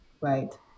right